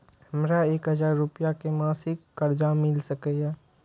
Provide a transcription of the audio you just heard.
हमरा एक हजार रुपया के मासिक कर्जा मिल सकैये?